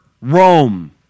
Rome